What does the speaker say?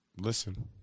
Listen